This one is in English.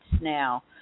now